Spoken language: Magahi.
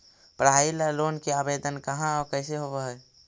पढाई ल लोन के आवेदन कहा औ कैसे होब है?